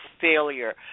failure